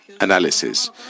analysis